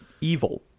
evil